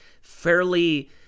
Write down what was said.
fairly